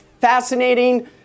fascinating